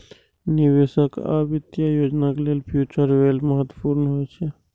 निवेशक आ वित्तीय योजनाकार लेल फ्यूचर वैल्यू महत्वपूर्ण होइ छै